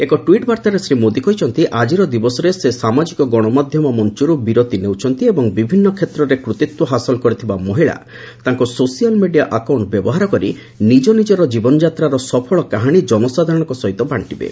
ଏକ ଟୁଇଟ୍ ବାର୍ତ୍ତାରେ ଶ୍ରୀ ମୋଦୀ କହିଛନ୍ତି ଆଜିର ଦିବସରେ ସେ ସାମାଜିକ ଗଣମାଧ୍ୟମ ମଞ୍ଚର୍ତ୍ ବିରତି ନେଉଛନ୍ତି ଏବଂ ବିଭିନ୍ନ କ୍ଷେତ୍ରରେ କୁତିତ୍ୱ ହାସଲ କରିଥିବା ମହିଳା ତାଙ୍କ ସୋସିଆଲ୍ ମିଡିଆ ଆକାଉଣ୍ଟ୍ ବ୍ୟବହାର କରି ନିକ ନିକର ଜୀବନଯାତ୍ରାର ସଫଳ କାହାଣୀ ଜନସାଧାରଣଙ୍କ ସହିତ ବାଣ୍ଟିବେ